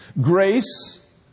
Grace